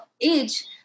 age